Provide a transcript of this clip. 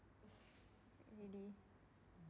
really